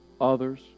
others